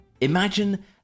Imagine